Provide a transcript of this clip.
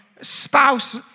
spouse